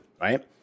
right